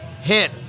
hit